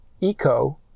eco